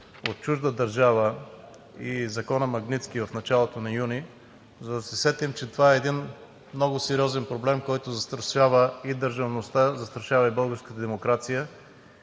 от чужда държава и закона „Магнитски“ от началото на юни, за да се сетим, че това е един много сериозен проблем, който застрашава и държавността, застрашава и българската демокрация,